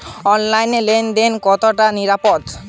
অনলাইনে লেন দেন কতটা নিরাপদ?